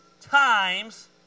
times